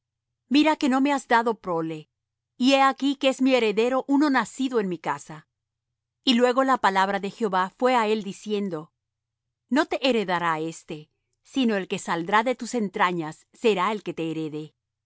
mira que no me has dado prole y he aquí que es mi heredero uno nacido en mi casa y luego la palabra de jehová fué á él diciendo no te heredará éste sino el que saldrá de tus entrañas será el que te herede